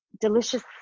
delicious